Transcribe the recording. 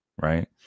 right